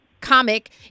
Comic